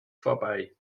vorbei